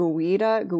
Guida